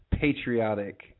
patriotic